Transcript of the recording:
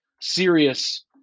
serious